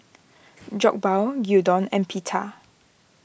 Jokbal Gyudon and Pita